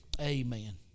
Amen